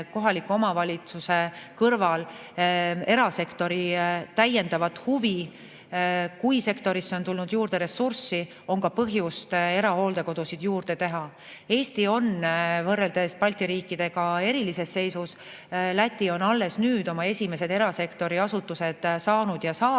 kohaliku omavalitsuse kõrval ka erasektori täiendavat huvi. Kui sektorisse on tulnud juurde ressurssi, on põhjust ka erahooldekodusid juurde teha. Eesti on võrreldes Balti riikidega erilises seisus. Läti on alles nüüd oma esimesed erasektori asutused saanud. Eesti